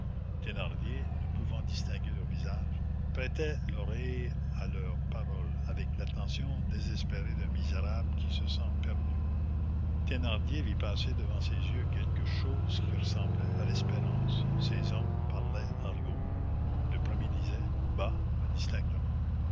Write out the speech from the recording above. thénardier ne pouvant distinguer leurs visages prêta l'oreille à leurs paroles avec l'attention désespérée d'un misérable qui se sent perdu thénardier vit passer devant ses yeux quelque chose qui ressemblait à l'espérance ces hommes parlaient argot le premier disait bas mais distinctement